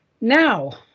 Now